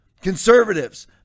conservatives